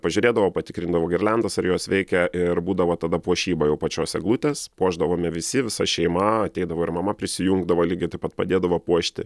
pažiūrėdavo patikrindavo girliandas ar jos veikia ir būdavo tada puošyba jau pačios eglutės puošdavome visi visa šeima ateidavo ir mama prisijungdavo lygiai taip pat padėdavo puošti